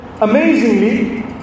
amazingly